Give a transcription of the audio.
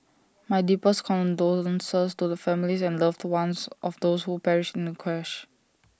my deepest condolences to the families and loved ones of those who perished in the crash